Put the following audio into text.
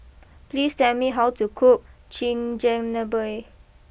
please tell me how to cook Chigenabe